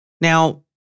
Now